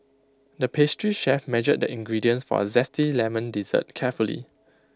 the pastry chef measured the ingredients for A Zesty Lemon Dessert carefully